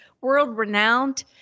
world-renowned